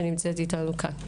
שנמצאת איתנו כאן.